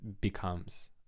becomes